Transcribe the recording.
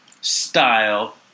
style